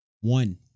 One